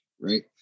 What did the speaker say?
right